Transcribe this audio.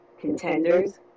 contenders